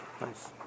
Nice